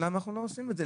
למה אנחנו לא עושים את זה?